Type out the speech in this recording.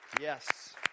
Yes